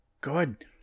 good